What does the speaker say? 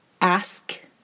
ask